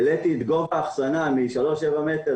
העליתי את גובה האחסנה משלושה מטרים